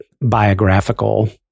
biographical